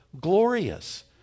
glorious